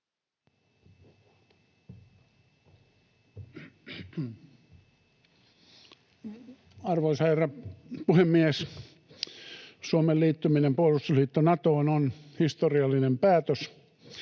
Arvoisa herra puhemies! Suomen liittyminen puolustusliitto Natoon on historiallinen päätös.